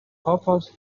pafas